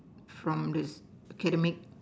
from the academic